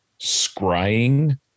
scrying